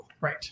Right